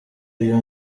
uyu